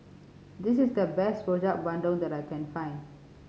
this is the best Rojak Bandung that I can find